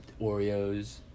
Oreos